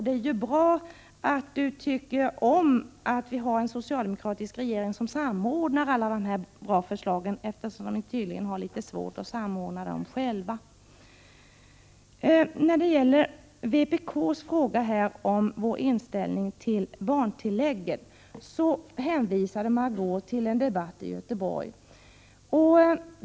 Det är bra att Gullan Lindblad uppskattar att vi har en socialdemokratisk regering som samordnar alla dessa goda förslag, eftersom ni tydligen har litet svårt att samordna dem själva. När Margö Ingvardsson sedan frågade om vår inställning till barntilläggen, hänvisade hon till en debatt i Göteborg.